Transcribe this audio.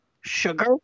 sugar